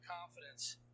confidence